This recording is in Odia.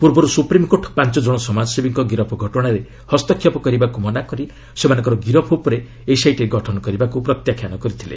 ପୂର୍ବରୁ ସୁପ୍ରିମ୍କୋର୍ଟ ପାଞ୍ଚ ଜଣ ସମାଜସେବୀଙ୍କ ଗିରଫ ଘଟଣାରେ ହସ୍ତକ୍ଷେପ କରିବାକୁ ମନାକରି ସେମାନଙ୍କ ଗିରଫ ଉପରେ ଏସ୍ଆଇଟି ଗଠନ କରିବାକୁ ପ୍ରତ୍ୟାଖ୍ୟାନ କରିଥିଲେ